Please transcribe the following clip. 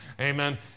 Amen